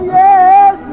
yes